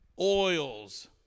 oils